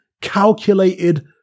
calculated